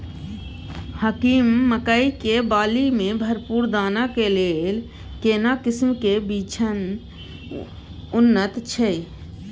हाकीम मकई के बाली में भरपूर दाना के लेल केना किस्म के बिछन उन्नत छैय?